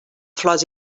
flors